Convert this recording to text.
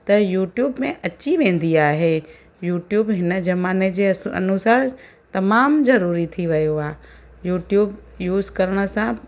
त यूट्यूब में अची वेंदी आहे यूट्यूब हिन ज़माने जे अस अनुसार तमामु ज़रूरी थी वियो आहे यूट्यूब यूस करण सां